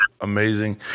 amazing